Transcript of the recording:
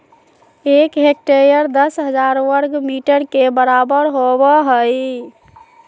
एक हेक्टेयर दस हजार वर्ग मीटर के बराबर होबो हइ